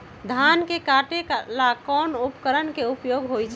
धान के काटे का ला कोंन उपकरण के उपयोग होइ छइ?